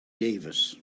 davis